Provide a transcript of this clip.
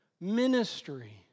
Ministry